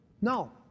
No